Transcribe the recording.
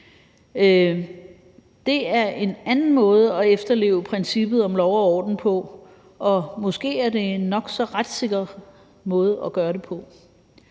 Det er en anden måde at efterleve princippet om lov og orden på, og måske er det en nok så retssikker måde at gøre det på.